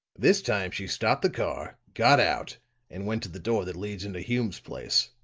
this time she stopped the car, got out and went to the door that leads into hume's place.